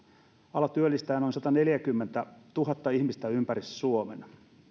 ala työllistää noin sataneljäkymmentätuhatta ihmistä ympäri suomen